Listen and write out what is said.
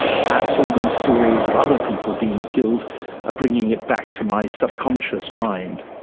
perhaps all these stories of other people being killed are bringing it back to my subconscious mind.